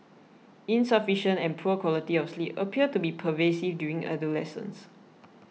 insufficient and poor quality of sleep appear to be pervasive during adolescence